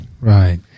Right